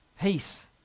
peace